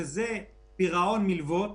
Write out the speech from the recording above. שזה פירעון מלוות.